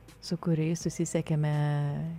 su kuriais susisiekėme